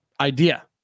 idea